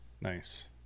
Nice